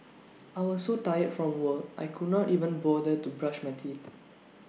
I was so tired from work I could not even bother to brush my teeth